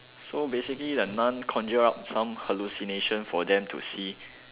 so basically the nun conjure up some hallucinations for them to see